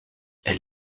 elle